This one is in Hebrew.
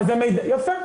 יפה,